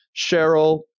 Cheryl